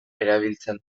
erabiltzen